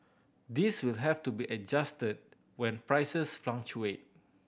these will have to be adjusted when prices fluctuate